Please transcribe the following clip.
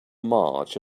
march